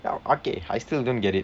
okay I still don't get it